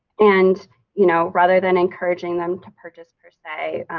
and you know rather than encouraging them to purchase per say,